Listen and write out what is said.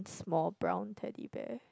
small brown Teddy Bear